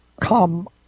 come